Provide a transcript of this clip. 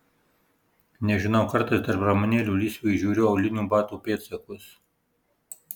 nežinau kartais tarp ramunėlių lysvių įžiūriu aulinių batų pėdsakus